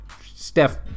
Steph